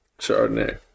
Chardonnay